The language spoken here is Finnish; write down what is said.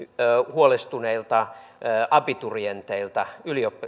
huolestuneilta abiturienteilta